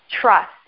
trust